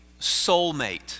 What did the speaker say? soulmate